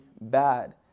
bad